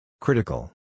Critical